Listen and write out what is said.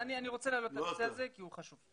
אני רוצה להעלות את הנושא הזה כי הוא חשוב.